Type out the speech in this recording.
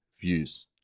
views